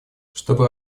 чтобы